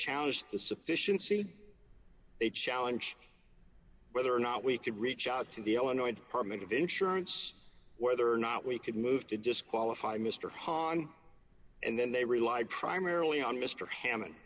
challenged the sufficiency a challenge whether or not we could reach out to the illinois department of insurance whether or not we could move to disqualify mr hahn and then they rely primarily on mr hamon